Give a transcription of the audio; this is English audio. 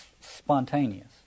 spontaneous